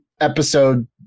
episode